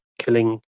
killing